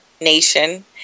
nation